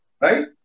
right